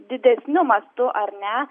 didesniu mastu ar ne